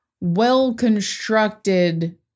well-constructed